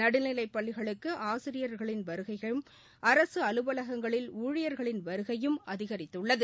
நடுநிலைப் பள்ளிகளுக்குஆசிரியர்களின் வருகையும் அரகஅலுவலகங்களில் ஊழியர்களின் வருகையும் அதிகரித்துள்ளது